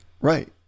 Right